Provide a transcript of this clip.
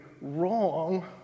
wrong